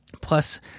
Plus